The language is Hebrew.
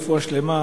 רפואה שלמה,